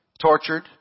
tortured